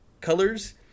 colors